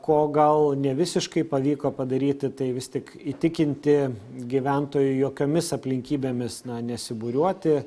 ko gal nevisiškai pavyko padaryti tai vis tik įtikinti gyventojų jokiomis aplinkybėmis nesibūriuoti